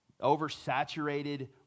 oversaturated